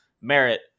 merit